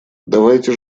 давайте